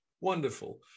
wonderful